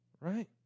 right